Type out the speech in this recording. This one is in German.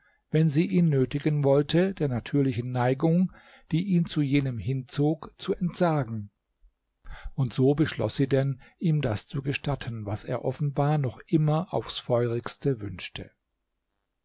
wenn sie ihn nötigen wollte der natürlichen neigung die ihn zu jenem hinzog zu entsagen und so beschloß sie denn ihm das zu gestatten was er offenbar noch immer aufs feurigste wünschte